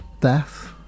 death